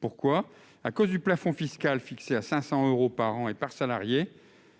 Pourquoi ? À cause du plafond fiscal, fixé à 500 euros par an et par salarié,